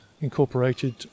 incorporated